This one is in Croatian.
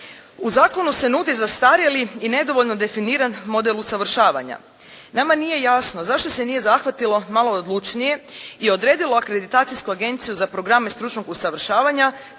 U zakonu se nudi zastarjeli i nedovoljno definiran model usavršavanja. Nama nije jasno zašto se nije zahvatilo malo odlučnije i odredilo akreditacijsku agenciju za programe stručnog usavršavanja